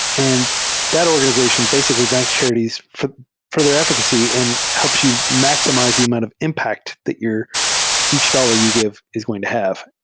and that organization basically ranks charities for for their efficacy and helps you maximize the amount of impact that each dollar you give is going to have.